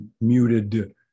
muted